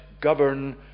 govern